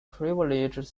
privileged